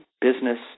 business